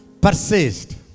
Persist